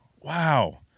wow